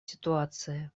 ситуации